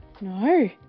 No